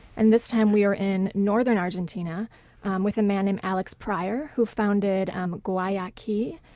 and this time we were in northern argentina with a man named alex pryor who founded and guayaki,